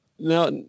now